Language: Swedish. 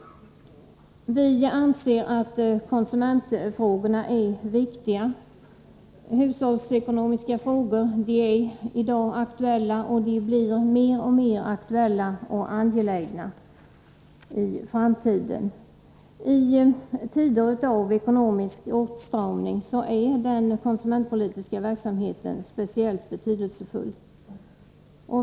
Vi anser att konsumentfrågorna är viktiga. Hushållsekonomiska frågor är i dag aktuella, och de blir mer och mer angelägna i framtiden. I tider av ekonomisk åtstramning är den konsumentpolitiska verksamheten betydelsefull.